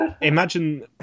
imagine